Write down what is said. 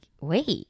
wait